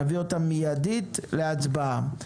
נביא אותם מיידית להצבעה.